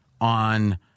on –